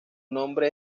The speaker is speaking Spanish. nombre